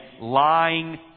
lying